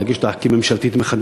או להגיש אותה כממשלתית מחדש,